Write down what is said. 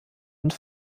und